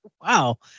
wow